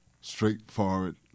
straightforward